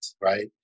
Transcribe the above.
Right